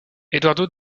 eduardo